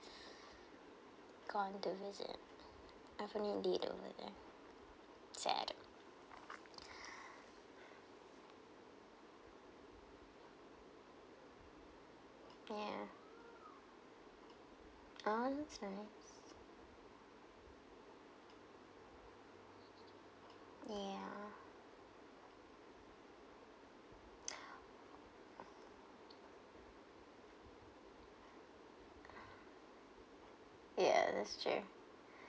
going to visit I've never been over there sad yeah oh looks nice yeah yeah that's true